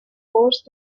forced